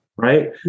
Right